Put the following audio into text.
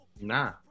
Nah